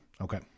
Okay